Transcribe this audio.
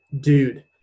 Dude